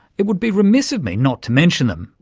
it would be remiss of me not to mention them,